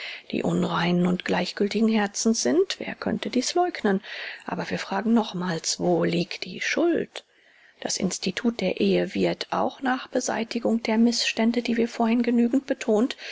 die unreinen und gleichgültigen herzens sind wer könnte dies läugnen aber wir fragen nochmals wo liegt die schuld das institut der ehe wird auch nach beseitigung der mißstände die wir vorhin genügend betont